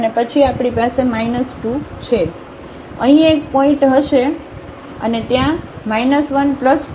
તેથી અહીં એક પોઇન્ટ હશે અને ત્યાં 1 2 હશે